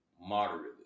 moderately